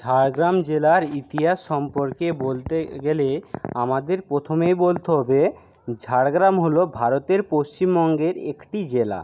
ঝাড়গ্রাম জেলার ইতিহাস সম্পর্কে বলতে গেলে আমাদের প্রথমেই বলতে হবে ঝাড়গ্রাম হলো ভারতের পশ্চিমবঙ্গের একটি জেলা